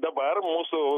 dabar mūsų